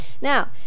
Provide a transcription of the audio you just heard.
Now